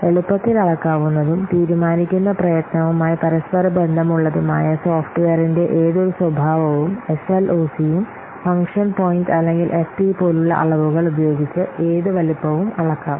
എളുപ്പത്തിൽ അളക്കാവുന്നതും തീരുമാനിക്കുന്ന പ്രയത്നവുമായി പരസ്പര ബന്ധമുള്ളതുമായ സോഫ്റ്റ്വെയറിന്റെ ഏതൊരു സ്വഭാവവും എസഎൽഓസിയും ഫംഗ്ഷൻ പോയിന്റ് അല്ലെങ്കിൽ എഫ് പി പോലുള്ള അളവുകൾ ഉപയോഗിച്ച് ഏത് വലുപ്പവും അളക്കാം